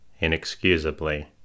inexcusably